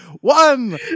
One